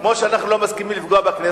כמו שאנחנו לא מסכימים לפגוע בכנסת,